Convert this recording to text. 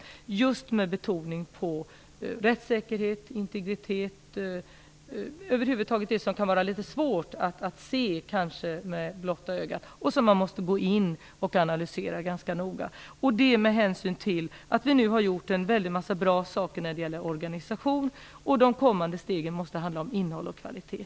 Betoningen skall ligga just på rättssäkerhet, integritet och över huvud taget på sådant som det kan vara litet svårt att se med blotta ögat och som man måste gå in och analysera ganska noga. Vi har nu gjort en väldig massa bra saker när det gäller organisationen. De kommande stegen måste handla om innehåll och kvalitet.